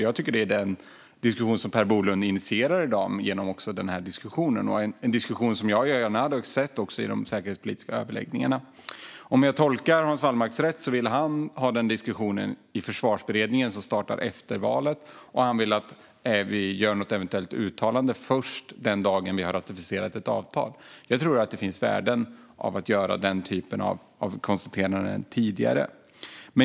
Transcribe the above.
Jag tycker att det var den diskussionen som Per Bolund initierade i dag, och det är en diskussion som jag gärna hade sett också i de säkerhetspolitiska överläggningarna. Om jag tolkar Hans Wallmark rätt vill han ha den diskussionen i den försvarsberedning som startar efter valet och att vi gör ett eventuellt uttalande först den dagen vi har ratificerat ett avtal. Jag tror att det finns ett värde i att göra den typen av konstaterande tidigare.